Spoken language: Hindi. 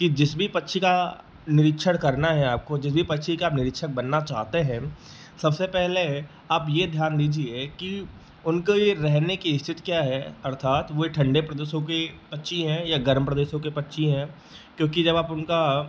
कि जिस भी पक्षी का निरिक्षण करना है आपको जिस भी पक्षी का आप निरिक्षक बनना चाहते हैं सबसे पहले आप यह ध्यान दीजिए कि उनके रहने की स्थित क्या है अर्थात वह ठंडे प्रदेशों की पक्षी है या गर्म प्रदेशों के पक्षी हैं क्योंकि जब आप उनका